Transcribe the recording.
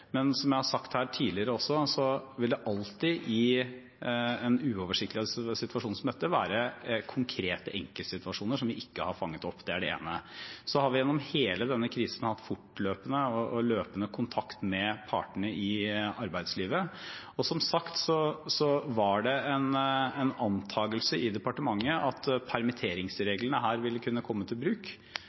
Men som jeg har sagt her tidligere også, vil det alltid i en uoversiktlig situasjon som dette være konkrete enkeltsituasjoner som vi ikke har fanget opp. – Det er det ene. Så har vi gjennom hele denne krisen hatt løpende kontakt med partene i arbeidslivet. Som sagt var det en antakelse i departementet at permitteringsreglene her ville kunne komme til bruk.